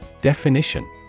Definition